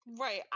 Right